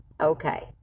Okay